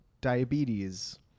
diabetes